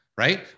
right